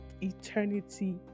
eternity